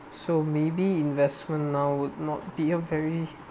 so maybe investment now would not be a very